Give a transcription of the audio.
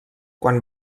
quan